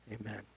Amen